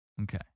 okay